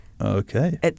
Okay